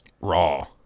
raw